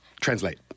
translate